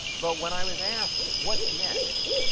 but when i was asked, what's next?